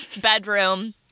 bedroom